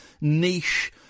niche